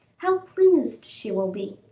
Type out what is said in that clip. how pleased she will be!